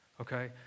Okay